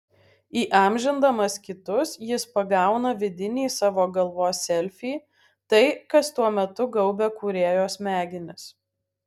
įamžindamas kitus jis pagauna vidinį savo galvos selfį tai kas tuo metu gaubia kūrėjo smegenis